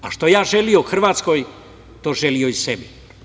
A što ja želeo Hrvatskoj to želeo i sebi.